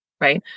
right